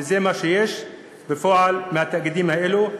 וזה מה שיש בפועל מהתאגידים האלה.